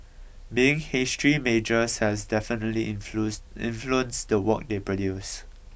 being history majors has definitely influence influenced the work they produce